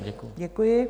Děkuji.